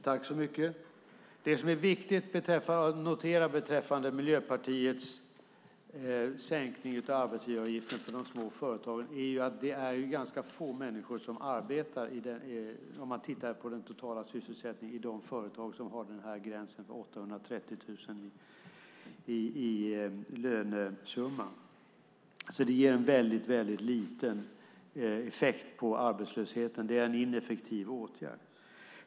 Herr talman! Det som är viktigt att notera beträffande Miljöpartiets sänkning av arbetsgivaravgiften för de små företagen är att vi om vi tittar på den totala sysselsättningen ser att det är ganska få människor som arbetar i de företag som har gränsen på 830 000 i lönesumma. Det ger alltså en väldigt liten effekt på arbetslösheten. Det är en ineffektiv åtgärd.